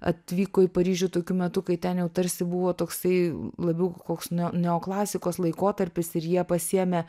atvyko į paryžių tokiu metu kai ten jau tarsi buvo toksai labiau koks neo neoklasikos laikotarpis ir jie pasiėmė